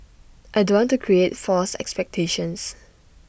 I don't want to create false expectations